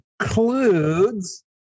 includes